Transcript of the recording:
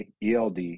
eld